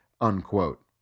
unquote